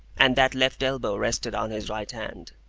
and that left elbow rested on his right hand,